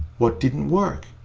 what didn't work?